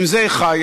עם זה היא חיה,